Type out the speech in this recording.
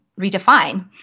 redefine